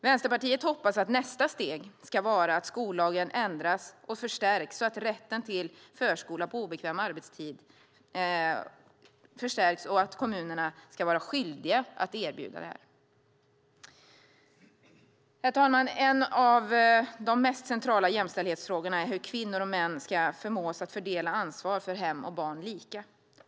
Vänsterpartiet hoppas att nästa steg ska vara att skollagen ändras och förstärks så att rätten till förskola på obekväm arbetstid förstärks och att kommunerna ska vara skyldiga att erbjuda detta. Herr talman! En av de mest centrala jämställdhetsfrågorna är hur kvinnor och män ska förmås fördela ansvar för hem och barn lika.